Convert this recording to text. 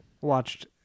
Watched